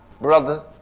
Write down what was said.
brother